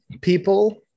people